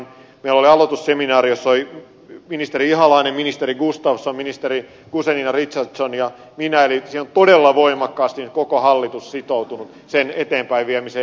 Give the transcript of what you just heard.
meillä oli aloitusseminaari jossa olivat ministeri ihalainen ministeri gustafsson ministeri guzenina richardson ja minä eli siinä on todella voimakkaasti nyt koko hallitus sitoutunut sen eteenpäinviemiseen